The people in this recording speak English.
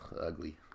ugly